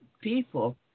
people